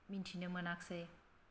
मिनथिनो मोनाखिसै